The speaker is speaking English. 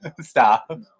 Stop